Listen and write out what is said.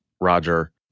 Roger